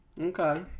Okay